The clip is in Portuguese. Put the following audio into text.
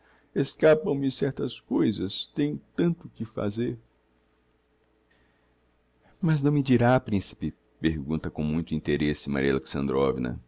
escapam me certas coisas tenho tanto que fazer mas não me dirá principe pergunta com muito interesse maria